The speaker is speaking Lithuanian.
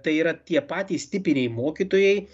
tai yra tie patys tipiniai mokytojai